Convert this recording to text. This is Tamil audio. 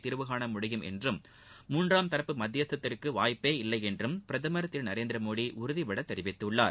தீர்வுனண முடியும் என்றும் மூன்றாம் தரப்பு மத்தியஸ்தத்திற்கு வாய்ப்பே இல்லை என்றும் பிரதமர் திரு நரேந்திரமோடி உறுதிபட தெரிவித்துள்ளார்